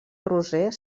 roser